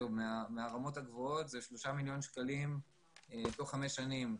מהרמות הגבוהות זה 3 מיליון שקלים תוך חמש שנים.